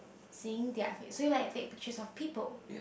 seeing their face so you like to take pictures of people